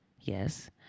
yes